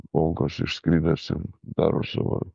bonkos išskridęs ir daro savo